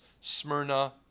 Smyrna